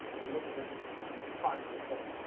look at this chart from before,